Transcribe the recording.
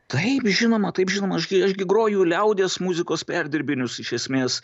taip žinoma taip žinoma aš gi aš gi groju liaudies muzikos perdirbinius iš esmės